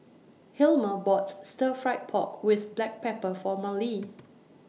Hilmer bought Stir Fried Pork with Black Pepper For Marlee